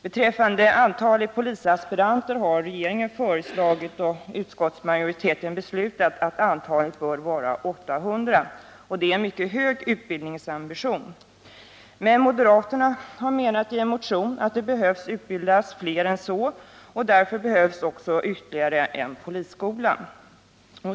Beträffande antalet polisaspiranter har regeringen föreslagit och utskottsmajoriteten beslutat att detta bör vara 800. Det innebär en mycket hög utbildningsambition. Men moderaterna har i en motion framhållit att fler än så bör utbildas, och att det därför behövs ytterligare en polisskola.